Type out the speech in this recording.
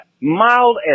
Mild